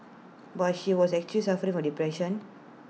but she was actually suffering from depression